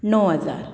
णव हजार